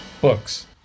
Books